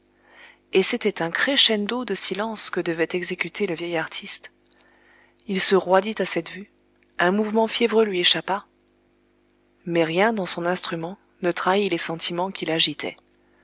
et c'était un crescendo de silences que devait exécuter le vieil artiste il se roidit à cette vue un mouvement fiévreux lui échappa mais rien dans son instrument ne trahit les sentiments qui l'agitaient